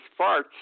farts